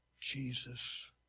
Jesus